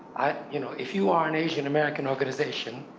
you know, if you are an asian american organization,